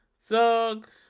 thugs